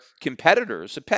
competitors